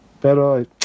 Pero